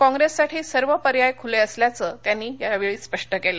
काँग्रेससाठी सर्व पर्याय खुले असल्याचं त्यांनी यावेळी स्पष्ट केलं